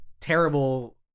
terrible